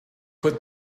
put